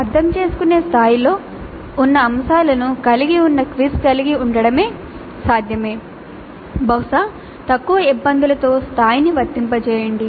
అర్థం చేసుకునే స్థాయిలో ఉన్న అంశాలను కలిగి ఉన్న క్విజ్ కలిగి ఉండటం సాధ్యమే బహుశా తక్కువ ఇబ్బందులతో స్థాయిని వర్తింపజేయండి